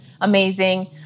amazing